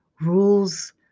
rules